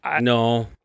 No